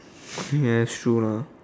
ya true lah